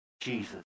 Jesus